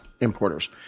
importers